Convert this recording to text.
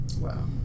Wow